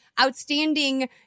outstanding